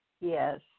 Yes